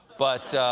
but